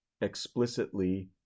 explicitly